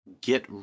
get